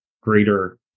greater